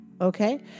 Okay